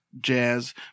jazz